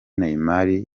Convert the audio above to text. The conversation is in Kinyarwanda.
neymar